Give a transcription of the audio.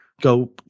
go